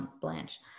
Blanche